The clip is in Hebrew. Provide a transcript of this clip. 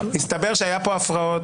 הסתבר שהיו כאן הפרעות,